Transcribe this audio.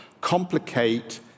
complicate